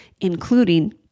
including